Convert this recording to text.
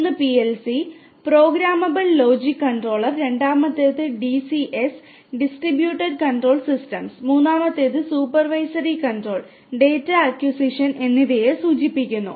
ഒന്ന് PLC programmable logic controller എന്നിവയെ സൂചിപ്പിക്കുന്നു